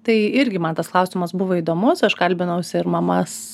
tai irgi man tas klausimas buvo įdomus aš kalbinaus ir mamas